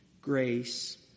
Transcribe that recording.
grace